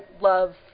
love